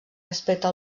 respecte